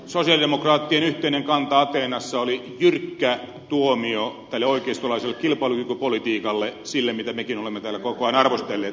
sosialidemokraattien yhteinen kanta ateenassa oli jyrkkä tuomio tälle oikeistolaiselle kilpailukykypolitiikalle sille mitä mekin olemme täällä koko ajan arvostelleet